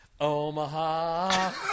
Omaha